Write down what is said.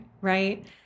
Right